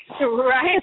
Right